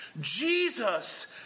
Jesus